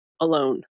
alone